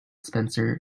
spencer